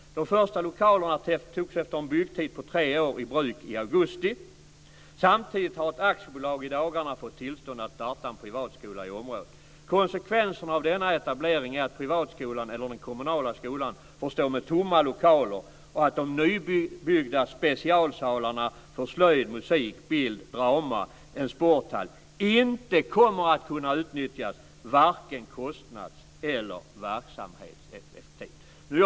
De första lokalerna togs, efter en byggtid på tre år, i bruk i augusti. Samtidigt har ett aktiebolag i dagarna fått tillstånd att starta en privatskola i området. Konsekvenserna av denna etablering är att den kommunala skolan får stå med tomma lokaler och att nybyggda specialsalar för slöjd, musik, bild och drama samt en sporthall inte kommer att kunna utnyttjas vare sig kostnads eller verksamhetseffektivt.